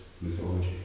mythology